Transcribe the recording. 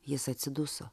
jis atsiduso